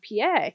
PA